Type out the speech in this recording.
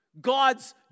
God's